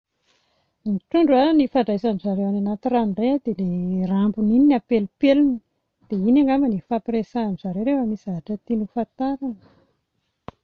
Ny trondro a, ny ifandraisan-dry zareo any anaty rano indray dia ilay rambony iny no apelipeliny, dia iny angamba no ifampiresahan-dry zareo rehefa misy zavatra tiany hofantarina.